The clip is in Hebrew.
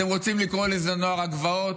אתם רוצים לקרוא לזה נוער הגבעות?